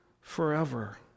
forever